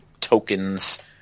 tokens